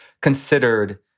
considered